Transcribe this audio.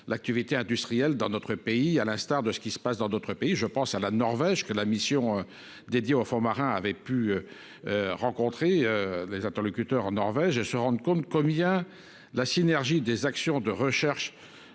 l'activité industrielle dans notre pays, à l'instar de ce qui se passe dans d'autres pays, je pense à la Norvège que la mission dédiée aux fonds marins avaient pu. Rencontrer des interlocuteurs Norvège se rendent compte comme. La synergie des actions de recherche.